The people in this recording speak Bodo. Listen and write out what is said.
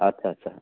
आत्सा आत्सा